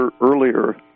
earlier